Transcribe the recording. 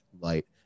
light